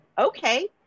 okay